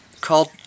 called